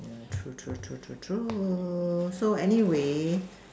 yeah true true true true true so anyway